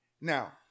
Now